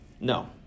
No